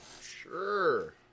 Sure